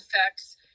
effects